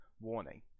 warning